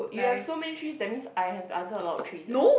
you have so many threes that means I have to answer a lot of threes eh